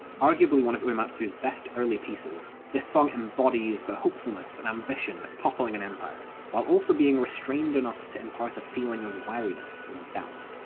arguably one of uematsu's best early pieces, this song embodies the hopefulness and ambition of toppling an empire, while also being restrained enough to impart a feeling of wariness, and doubt.